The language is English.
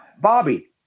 Bobby